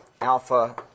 alpha